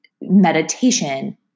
meditation